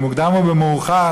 במוקדם או במאוחר,